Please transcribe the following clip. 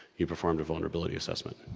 you performed a vulnerability assessment.